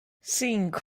cinco